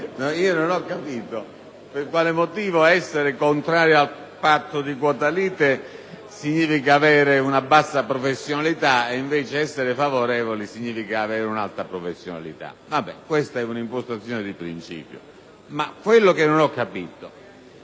...non ho capito per quale motivo essere contrario al patto di quota lite significa avere una bassa professionalità e essere favorevoli significa avere un'alta professionalità. Questa è un'impostazione di principio. L'emendamento